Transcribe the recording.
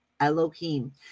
Elohim